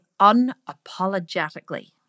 unapologetically